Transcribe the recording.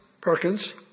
Perkins